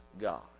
God